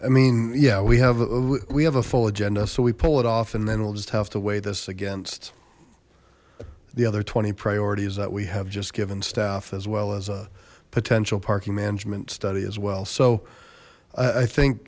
i mean yeah we have we have a full agenda so we pull it off and then we'll just have to weigh this against the other twenty priorities that we have just given staff as well as a potential parking management study as well so i think